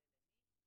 כולל אני,